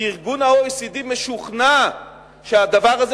כי ה-OECD משוכנע שהדבר הזה,